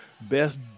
best